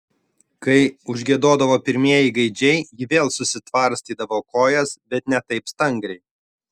kai užgiedodavo pirmieji gaidžiai ji vėl susitvarstydavo kojas bet ne taip stangriai